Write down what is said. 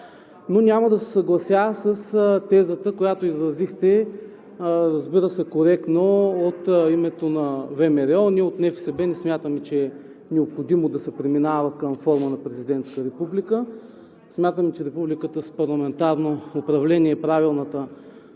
Няма да се съглася с тезата, която изразихте, разбира се, коректно от името на ВМРО. Ние от НФСБ не смятаме, че е необходимо да се преминава към форма на президентска република. Смятаме, че републиката с парламентарно управление е правилната